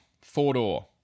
four-door